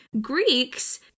Greeks